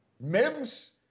Mims